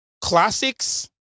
classics